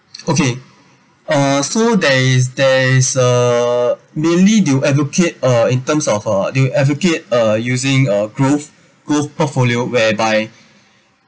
okay uh so there is there is uh mainly they'll advocate uh in terms of uh they'll advocate uh using uh growth growth portfolio whereby